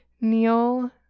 Neil